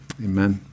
amen